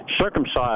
Circumcised